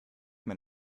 man